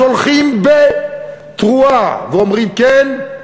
אז הולכים בתרועה ואומרים: כן,